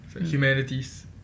humanities